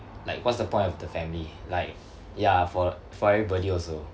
like what's the point of the family like ya for for everybody also